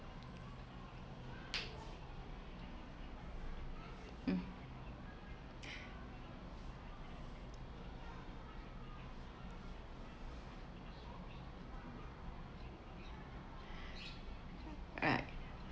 mm uh